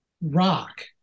rock